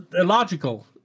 illogical